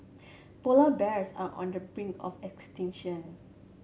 polar bears are on the brink of extinction